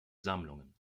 sammlungen